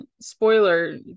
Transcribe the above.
spoiler